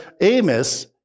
Amos